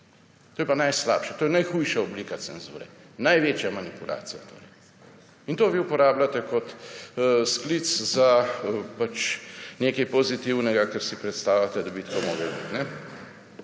To je pa najslabše, to je najhujša oblika cenzure, največja manipulacija torej. In to vi uporabljate kot sklic za nekaj pozitivnega, ker si predstavljate, da bi tako moralo